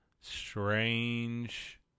strange